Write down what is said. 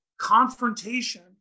confrontation